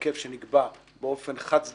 בדבר קביעת ועדת החוקה, חוק ומשפט